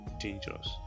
dangerous